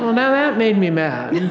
um now that made me mad